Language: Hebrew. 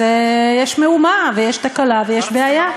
אז יש מהומה, ויש תקלה, ויש בעיה.